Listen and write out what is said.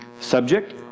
Subject